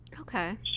Okay